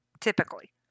typically